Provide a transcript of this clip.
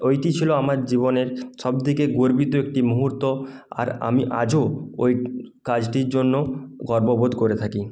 ওইটি ছিলো আমার জীবনের সব থেগে গর্বিত একটি মুহুর্ত আর আমি আজও ওই কাজটির জন্য গর্ববোধ করে থাকি